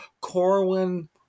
Corwin